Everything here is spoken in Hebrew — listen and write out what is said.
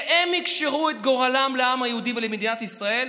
שהם יקשרו את גורלם לעם היהודי ולמדינת ישראל,